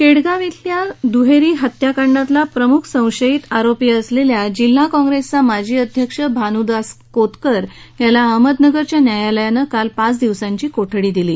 केडगाव अल्या दुहेरी हत्याकांडातला प्रमुख संशयित आरोपी असलेला जिल्हा कॉंप्रेसचा माजी अध्यक्ष भानुदास कोतकर याला अहमदनगर झेल्या न्यायालयानं काल पाच दिवसांची कोठडी दिली